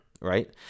right